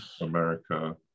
America